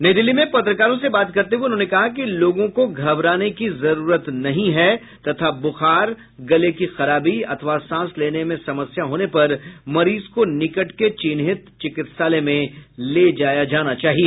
नई दिल्ली में पत्रकारों से बात करते हुए उन्होंने कहा कि लोगों को घबराने की जरूरत नहीं है तथा बुखार गले की खराबी अथवा सांस लेने में समस्या होने पर मरीज को निकट के चिन्हित चिकित्सालय में ले जाया जाना चाहिए